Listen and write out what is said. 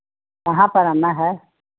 कहाँ पर आना है